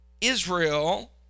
israel